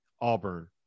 auburn